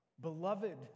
beloved